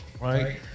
right